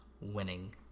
winning